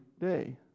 day